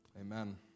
Amen